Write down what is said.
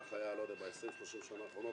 כך היה ב-30-20 השנים האחרונות.